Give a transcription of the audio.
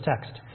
text